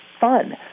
fun